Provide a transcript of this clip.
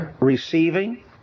receiving